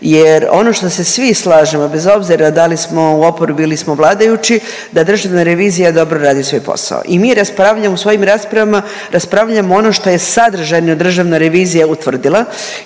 jer ono što se svi slažemo, bez obzira da li smo u oporbi ili smo vladajući, da državna revizija dobro radi svoj posao. I mi raspravljamo u svojim raspravama, raspravljamo ono što je sadržajno državna revizija utvrdila